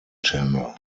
channel